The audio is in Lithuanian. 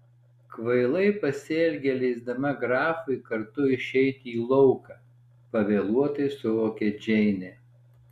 kvailai pasielgė leisdama grafui kartu išeiti į lauką pavėluotai suvokė džeinė